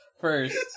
first